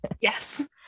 Yes